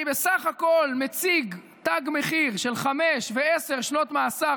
אני בסך הכול מציג תג מחיר של חמש ועשר שנות מאסר,